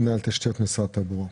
מנהל תשתיות משרד התחבורה.